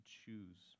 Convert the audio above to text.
choose